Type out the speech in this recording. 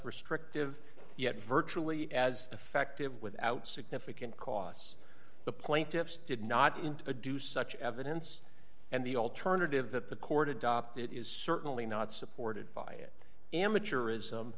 restrictive yet virtually as effective without significant costs the plaintiffs did not introduce such evidence and the alternative that the court adopted is certainly not supported by it amateuris